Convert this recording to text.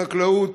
חקלאות,